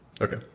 Okay